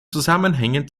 zusammenhängen